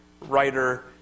writer